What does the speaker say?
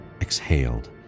exhaled